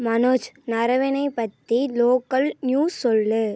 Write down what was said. மனோஜ் நரவனே பற்றி local news சொல்